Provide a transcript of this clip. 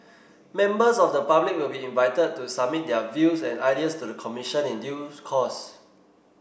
members of the public will be invited to submit their views and ideas to the Commission in due course